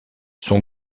son